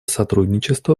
сотрудничества